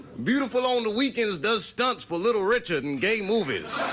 beautiful on the weekends does stunts for little richard in gay movies.